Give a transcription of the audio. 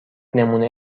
نمونه